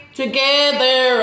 together